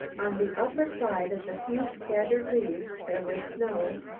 on the upper side of the few scattered leaves there was snow,